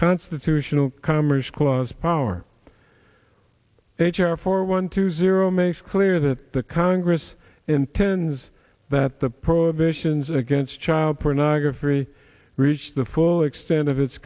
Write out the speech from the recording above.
constitutional commerce clause power h r four one two zero makes clear that the congress intends that the prohibitions against child pornography reach the full extent of it